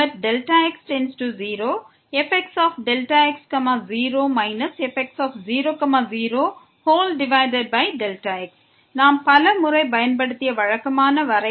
fxΔx0 fx00Δx நாம் பல முறை பயன்படுத்திய வழக்கமான வரையறை